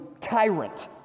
tyrant